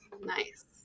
Nice